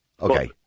Okay